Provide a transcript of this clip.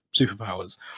superpowers